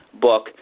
book